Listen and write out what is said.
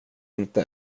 inte